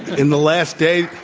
in the last day